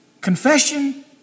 confession